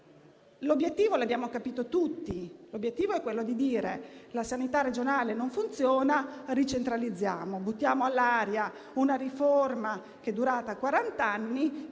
l'obiettivo è dire che la sanità regionale non funziona, ricentralizziamo; buttiamo all'aria una riforma durata quaranta